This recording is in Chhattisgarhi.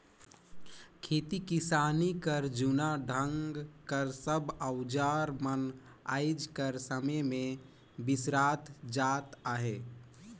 खेती किसानी कर जूना ढंग कर सब अउजार मन आएज कर समे मे बिसरात जात अहे